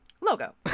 Logo